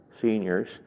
seniors